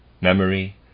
Memory